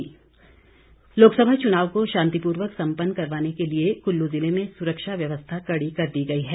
सुरक्षा लोकसभा चुनाव को शांतिपूर्वक सम्पन्न करवाने के लिए कुल्लू जिले में सुरक्षा व्यवस्था कड़ी कर दी गई है